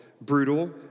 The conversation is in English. brutal